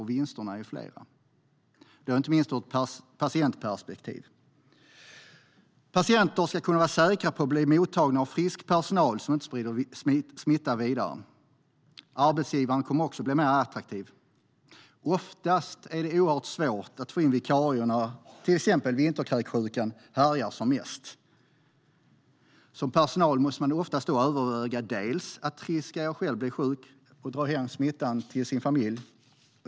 Vinsterna är flera, inte minst ur ett patientperspektiv. Patienter ska kunna vara säkra på att bli mottagna av frisk personal som inte sprider smitta vidare. Arbetsgivaren kommer också att bli mer attraktiv. Ofta är det oerhört svårt att få in vikarier när till exempel vinterkräksjukan härjar som mest. Som personal måste man då överväga risken att själv bli sjuk och dra hem smittan till sin familj.